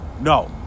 no